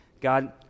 God